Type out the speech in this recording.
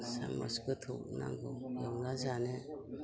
साम'स गोथौ नांगौ एवना जानो